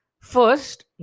first